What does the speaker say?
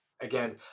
again